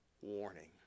warning